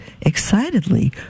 excitedly